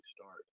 start